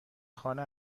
خانه